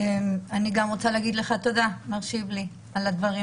אני רוצה להגיד תודה למר שיבלי על הדברים